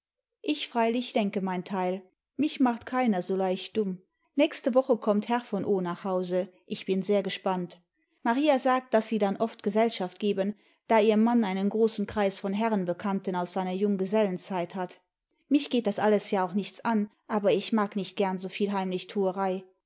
ich freilich denke mein teil mich macht keiner so leicht dumm nächste woche kommt herr v o nach hause ich bin sehr gespannt maria sagt daß sie dann oft gesellschaft geben da ihr mann einen großen kreis von herrenbekannten aus seiner junggesellenzeit hat mich geht das alles ja auch nichts an aber ich mag nicht gern soviel heimlichtuerei